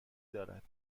دارد